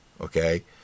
Okay